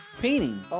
painting